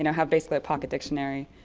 and have basically a pocket dictionary.